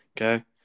okay